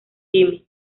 jimmy